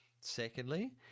Secondly